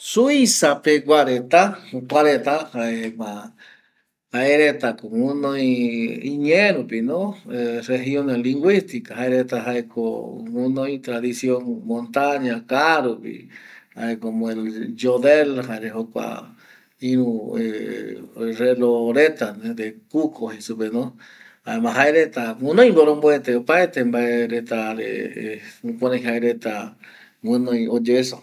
Suiza pegua reta jukuareta jae jokuareta jaema jaeretako guɨnoi iñee rupino regional lingüística rupi jaereta jaeko guɨnoita vision montaña kaa rupi jae como el yodel jare jokua ïru reloj reta de kuko jei supeno jaema jaereta guɨnoi mboromboetere opaete mbae retare jukurai jaereta guɨnoi oyoesa